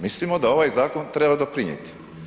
Mislimo da ovaj zakon treba doprinijeti.